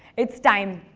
it's time.